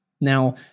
Now